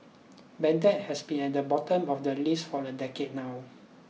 Baghdad has been at the bottom of the list for a decade now